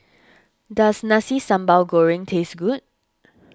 does Nasi Sambal Goreng taste good